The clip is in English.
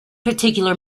particular